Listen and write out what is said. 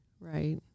Right